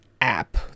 app